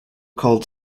called